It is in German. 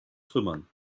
trümmern